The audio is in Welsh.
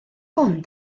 hwn